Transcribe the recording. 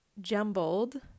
jumbled